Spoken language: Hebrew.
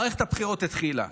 מערכת הבחירות התחילה.